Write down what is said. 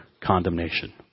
condemnation